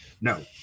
no